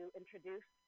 introduce